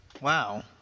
Wow